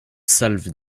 salve